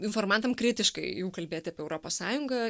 informantam kritiškai jau kalbėt apie europos sąjungą